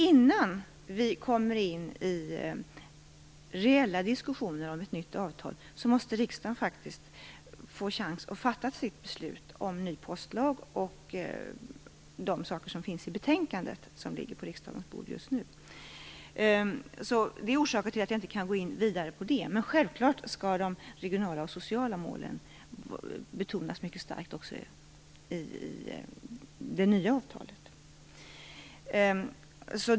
Innan vi kommer in i reella diskussioner om ett nytt avtal måste riksdagen få chans att fatta sitt beslut om ny postlag och de saker som finns i betänkandet som just nu ligger på riksdagens bord. Det är orsaken till att jag inte kan gå in vidare på det. Men självklart skall de regionala och sociala målen betonas mycket starkt också i det nya avtalet.